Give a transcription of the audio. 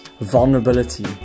vulnerability